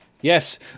Yes